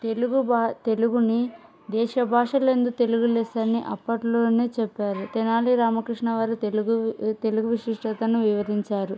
తెలుగు తెలుగుని దేశ భాషలందు తెలుగులెస్సా అని అప్పట్లోనే చెప్పారు తెనాలి రామకృష్ణ వారు తెలుగు తెలుగు విశిష్టతను వివరించారు